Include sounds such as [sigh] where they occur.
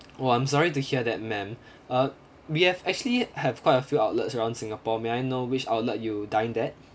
oh I'm sorry to hear that ma'am [breath] uh we have actually have quite a few outlets around singapore may I know which outlet you dined at